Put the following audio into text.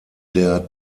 der